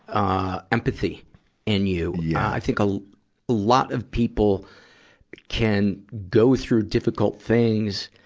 ah, empathy in you. yeah i think a, a lot of people can go through difficult things,